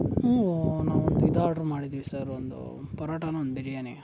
ಹ್ಞೂ ನಾವೊಂದು ಇದು ಆರ್ಡ್ರ್ ಮಾಡಿದೀವಿ ಸರ್ ಒಂದು ಪರೋಟಾನ ಒಂದು ಬಿರಿಯಾನಿ